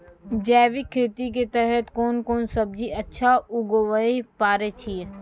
जैविक खेती के तहत कोंन कोंन सब्जी अच्छा उगावय पारे छिय?